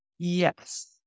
Yes